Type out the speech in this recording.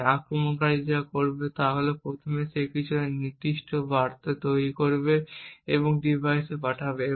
তাই আক্রমণকারী যা করবে তা হল প্রথমে সে কিছু নির্দিষ্ট বার্তা তৈরি করবে এবং ডিভাইসে পাঠাবে